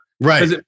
Right